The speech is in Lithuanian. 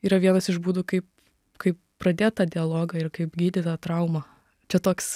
yra vienas iš būdų kaip kaip pradėt tą dialogą ir kaip gydyt tą traumą čia toks